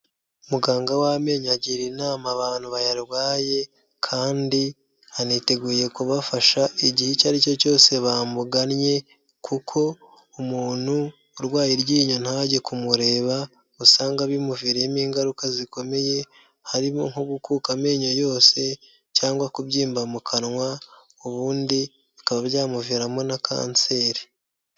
Muganga w'amenyo agira inama abantu bayarwaye, kandi aniteguye kubafasha igihe icyo aricyo cyose bamugannye kuko umuntu urwaye iryinyo ntajye kumureba, usanga bimuviriyemo ingaruka zikomeye, harimo nko gukuka amenyo yose cyangwa kubyimba mu kanwa ubundi bikaba byamuviramo na kanseri.